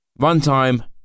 Runtime